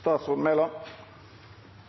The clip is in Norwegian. setja fram